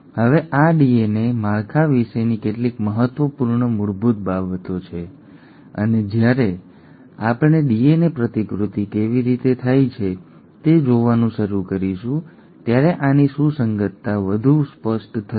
હવે આ ડીએનએ માળખા વિશેની કેટલીક મહત્વપૂર્ણ મૂળભૂત બાબતો છે અને જ્યારે આપણે ડીએનએ પ્રતિકૃતિ કેવી રીતે થાય છે તે જોવાનું શરૂ કરીશું ત્યારે આની સુસંગતતા વધુ સ્પષ્ટ થશે